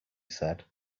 said